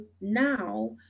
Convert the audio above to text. now